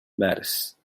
مارس